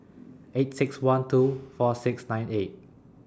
eight six one two four six nine eight